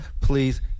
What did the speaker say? please